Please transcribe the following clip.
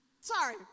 Sorry